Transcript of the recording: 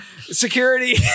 security